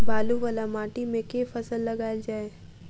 बालू वला माटि मे केँ फसल लगाएल जाए?